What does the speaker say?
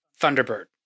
Thunderbird